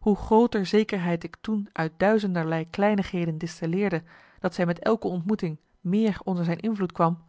hoe grooter zekerheid ik toen uit duizenderlei kleinigheden distilleerde dat zij met elke ontmoeting meer onder zijn invloed kwam